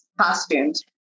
costumes